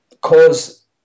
cause